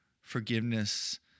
forgiveness